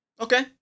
Okay